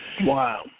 Wow